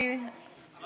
מה